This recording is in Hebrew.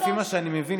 לפי מה שאני מבין,